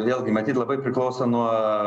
vėlgi matyt labai priklauso nuo